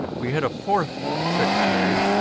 we had a fourth secretary,